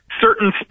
certain